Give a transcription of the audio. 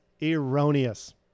erroneous